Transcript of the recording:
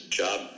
job